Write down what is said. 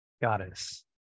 goddess